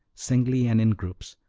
singly and in groups,